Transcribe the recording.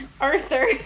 Arthur